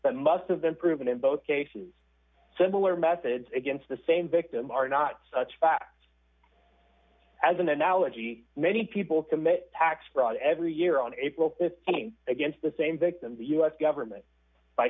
that must of been proven in both cases similar methods against the same victim are not such facts as an analogy many people commit tax fraud every year on april th against the same victim the us government by